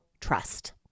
trust